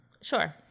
Sure